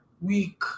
week